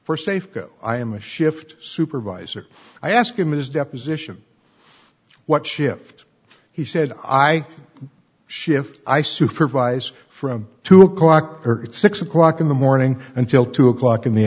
for safeco i am a shift supervisor i ask him his deposition what shift he said i shift i supervise from two o'clock or six o'clock in the morning until two o'clock in the